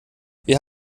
wir